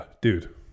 dude